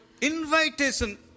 Invitation